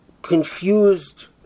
Confused